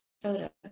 soda